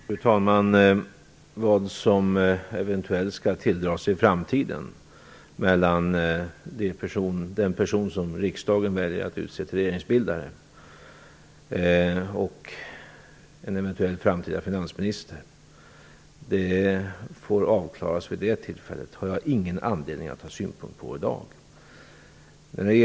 Fru talman! Vad som eventuellt skall tilldra sig i framtiden mellan den person som riksdagen utser till regeringsbildare och en framtida finansminister får avklaras vid det tillfället. Jag har ingen anledning att ha synpunkter på det i dag.